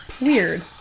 Weird